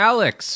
Alex